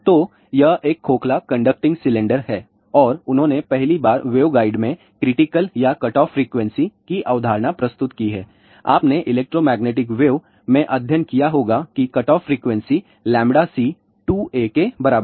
तो यह एक खोखला कंडक्टिंग सिलेंडर है और उन्होंने पहली बार वेवगाइड में क्रिटिकल या कटऑफ फ्रीक्वेंसी की अवधारणा प्रस्तुत की है आपने इलेक्ट्रोमैग्नेटिक वेव्स में अध्ययन किया होगा कि cutoff frequency lambda C 2a के बराबर है